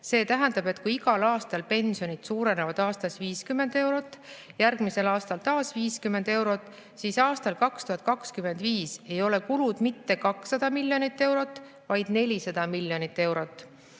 See tähendab, et kui igal aastal pensionid suurenevad aastas 50 eurot, siis aastal 2025 ei ole kulud mitte 200 miljonit eurot, vaid 400 miljonit eurot,